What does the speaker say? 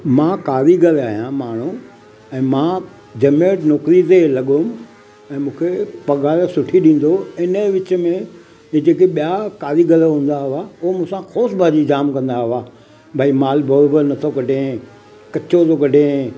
मां कारीगरु आहियां माण्हू ऐं मां जंहिंमहिल नौकिरी ते लॻो हुअमि ऐं मूंखे पघार सुठी ॾींदो हो इन विच में हीउ जेके ॿिया कारीगर हूंदा हुआ हुअ मूंसां ख़ोसबाज़ी जामु कंदा हुआ भाई माल बरोबरु नथो कढें कचो थो कढें